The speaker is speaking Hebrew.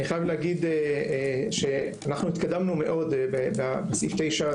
אני חייב להגיד שהתקדמנו מאוד בסעיף 9,